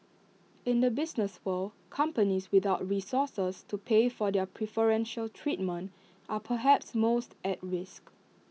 in the business world companies without resources to pay for their preferential treatment are perhaps most at risk